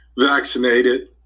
vaccinated